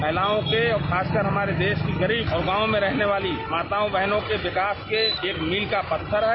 महिलाओं के और खास कर हमारे देश के गरीब और गांव में रहने वाली माताओं बहनों के विकास के लिये मील का पत्थर है